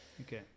okay